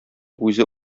үзе